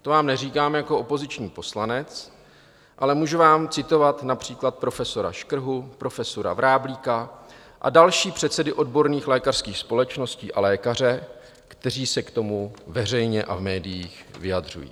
To vám neříkám jako opoziční poslanec, ale můžu vám citovat například profesora Škrhu, profesora Vráblíka a další předsedy odborných lékařských společností a lékaře, kteří se k tomu veřejně a v médiích vyjadřují.